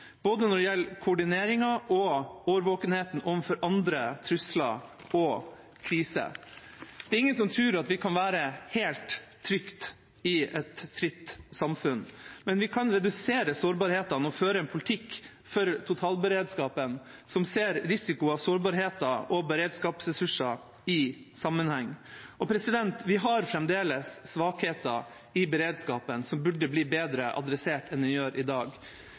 både når det gjelder koordineringen, og når det gjelder årvåkenheten overfor andre trusler og kriser. Det er ingen som tror at vi kan være helt trygge i et fritt samfunn, men vi kan redusere sårbarheten og føre en politikk for totalberedskapen som ser risikoer og sårbarhet og beredskapsressurser i sammenheng. Vi har fremdeles svakheter i beredskapen som burde bli bedre adressert enn man gjør i dag.